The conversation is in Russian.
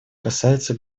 касается